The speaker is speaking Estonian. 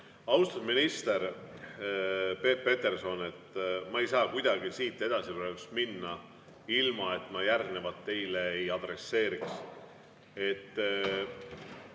minister Peep Peterson, ma ei saa kuidagi siit edasi praegu minna, ilma et ma järgnevat teile ei adresseeriks.